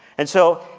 and so,